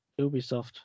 Ubisoft